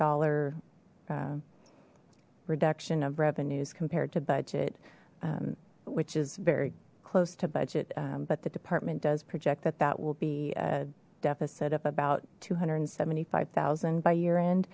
dollar reduction of revenues compared to budget which is very close to budget but the department does project that that will be a deficit of about two hundred and seventy five thousand by year end